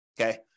Okay